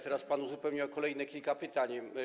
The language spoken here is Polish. Teraz pan uzupełniał je o kolejne kilka pytań.